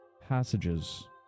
passages